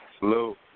Hello